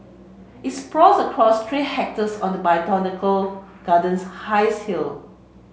it sprawls across three hectares on the botanical garden's highest hill